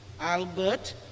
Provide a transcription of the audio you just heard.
Albert